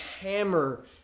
hammer